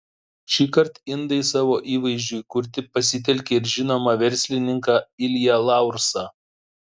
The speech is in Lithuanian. šįkart indai savo įvaizdžiui kurti pasitelkė ir žinomą verslininką ilją laursą